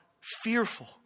fearful